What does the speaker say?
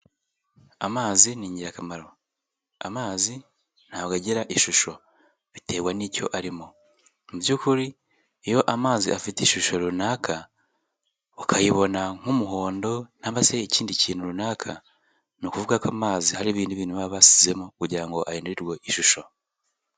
Amazi ni ingirakamaro. Amazi ntabwo agira ishusho bitewe n'icyo arimo. Mu by'ukuri iyo amazi afite ishusho runaka ukayibona nk'umuhondo ntaba se ikindi kintu runaka, ni ukuvuga ko amazi hari ibindi bintu babasizemo kugira ngo ahindurirwe ishusho.